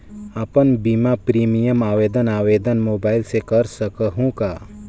अपन बीमा प्रीमियम आवेदन आवेदन मोबाइल से कर सकहुं का?